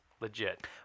Legit